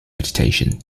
vegetation